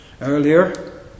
earlier